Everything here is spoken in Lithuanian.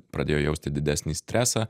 pradėjo jausti didesnį stresą